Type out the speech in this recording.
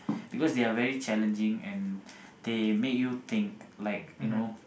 because they are very challenging and they make you think like you know